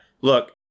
Look